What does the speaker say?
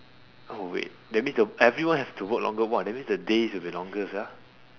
oh wait that means the everyone have to work longer !wah! that means the days will be longer sia